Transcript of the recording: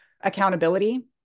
Accountability